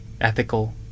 ethical